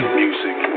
music